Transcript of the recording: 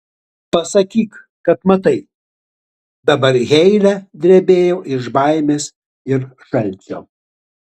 pasakyk kad matai dabar heile drebėjo iš baimės ir šalčio